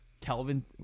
Kelvin